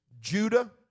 Judah